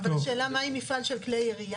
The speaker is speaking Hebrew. אבל השאלה מה עם מפעל של כלי ירייה?